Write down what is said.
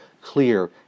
clear